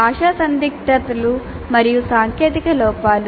భాషా సందిగ్ధతలు మరియు సాంకేతిక లోపాలు